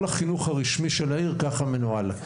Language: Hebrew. כל החינוך הרשמי של העיר מנוהל כך.